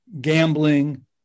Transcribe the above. gambling